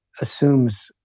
assumes